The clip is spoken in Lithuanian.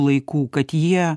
laikų kad jie